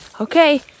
Okay